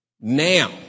Now